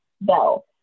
bell